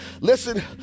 Listen